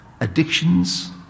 addictions